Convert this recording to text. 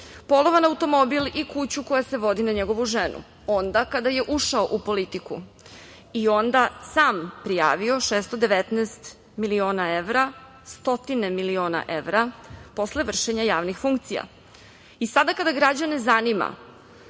polovan automobil i kuću koja se vodi na njegovu ženu, onda kada je ušao u politiku i onda sam prijavio 619 miliona dinara, stotine miliona evra, posle vršenja javnih funkcija. I sada kada građane zanima